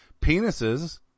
penises